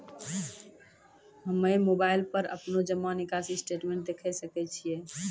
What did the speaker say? हम्मय मोबाइल पर अपनो जमा निकासी स्टेटमेंट देखय सकय छियै?